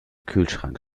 kühlschrank